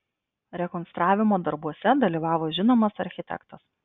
rekonstravimo darbuose dalyvavo žinomas architektas